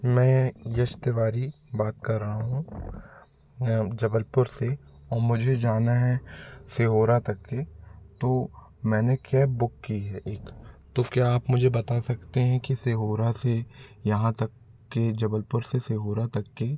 मैं यश तिवारी बात कर रहा हूँ जबलपुर से और मुझे जाना है सिहोर तक के तो मैंने कैब बुक की है एक तो क्या आप मुझे बता सकते हैं कि सिहोर से यहाँ तक के जबलपुर से सिहोर तक का